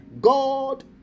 God